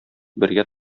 бергә